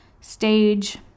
stage